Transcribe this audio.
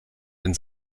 den